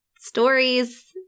stories